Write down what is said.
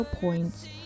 points